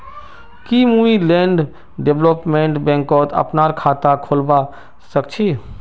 की मुई land development बैंकत अपनार खाता खोलवा स ख छी?